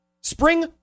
Spring